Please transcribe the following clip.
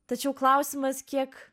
tačiau klausimas kiek